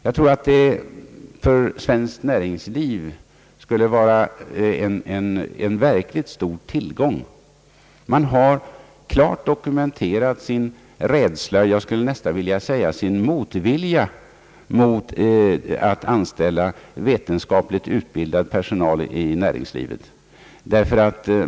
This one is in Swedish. Jag tror att detta för svenskt näringsliv skulle vara en verkligt stor tillgång. Näringslivet har klart dokumenterat sin rädsla, jag skulle nästan vilja säga sin motvilja mot att anställa vetenskapligt utbildad personal.